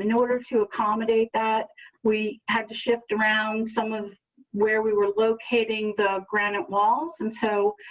in order to accommodate that we had to shift around some of where we were locating the granite walls and so